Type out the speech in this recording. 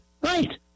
Right